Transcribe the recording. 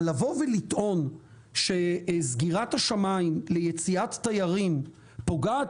אבל לבוא ולטעון שסגירת השמים ליציאת תיירים פוגעת